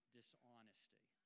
dishonesty